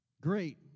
Great